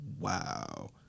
wow